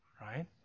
Right